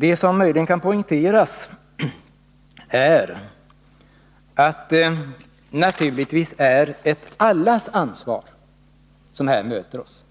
Det som möjligen kan poängteras är att det naturligtvis är ett allas ansvar Nr 26 som möter oss.